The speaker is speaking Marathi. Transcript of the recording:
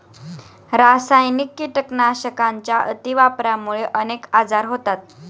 रासायनिक कीटकनाशकांच्या अतिवापरामुळे अनेक आजार होतात